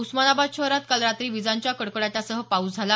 उस्मानाबाद शहरात काल रात्री विजांच्या कडकडाटासह पाऊस झाला